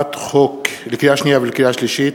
לקריאה שנייה ולקריאה שלישית,